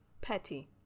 petty